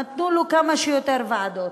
נתנו לו כמה שיותר ועדות,